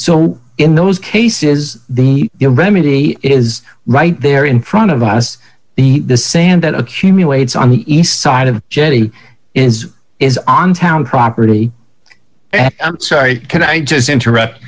so in those cases the your remedy is right there in front of us the the sand that accumulates on the east side of the jetty is is on town property i'm sorry can i just interrupt